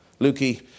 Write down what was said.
Lukey